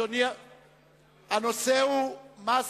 מי בעד?